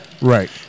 right